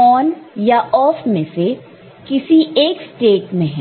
on या off में से किस किसी एक स्टेट में है